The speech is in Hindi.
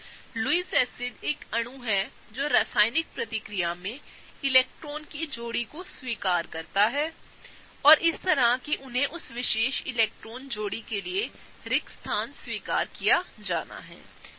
तो लुईस एसिड एक अणु है जो रासायनिक प्रतिक्रिया में इलेक्ट्रॉनों की एक जोड़ी को स्वीकार करता है और इस तरह कि उन्हें उस विशेष इलेक्ट्रॉन जोड़ी के लिए रिक्त स्थान स्वीकार किया जाना है